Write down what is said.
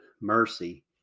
mercy